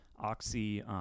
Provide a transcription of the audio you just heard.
Oxy